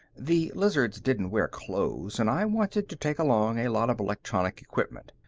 the lizards didn't wear clothes and i wanted to take along a lot of electronic equipment.